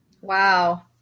Wow